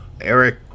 Eric